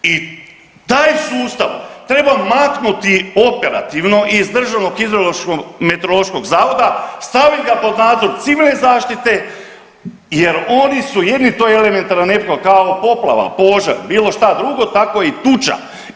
I taj sustav treba maknuti operativno i iz Državnog hidrometeorološkog zavoda, stavit ga pod nadzor civilne zaštite, jer oni su jedini, to je elementarna nepogoda kao poplava, požar, bilo šta drugo tako i tuča.